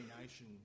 nation